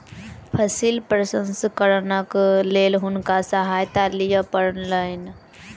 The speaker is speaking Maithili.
फसिल प्रसंस्करणक लेल हुनका सहायता लिअ पड़लैन